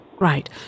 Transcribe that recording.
Right